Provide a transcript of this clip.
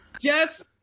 Yes